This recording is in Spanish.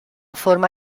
forma